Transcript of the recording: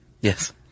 Yes